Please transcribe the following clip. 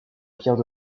pierre